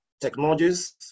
technologies